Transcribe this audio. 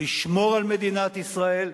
לשמור על מדינת ישראל,